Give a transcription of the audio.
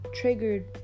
triggered